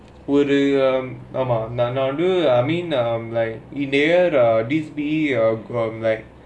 worry um ஆமா நானே வந்து:aamaa naanae vanthu I mean um like this um like